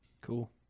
Cool